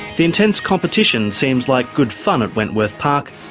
the intense competition seems like good fun at wentworth park,